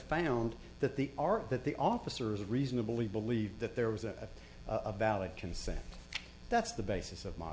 found that the are that the officers reasonably believed that there was a valid consent that's the basis of m